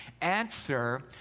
Answer